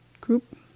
group